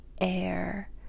air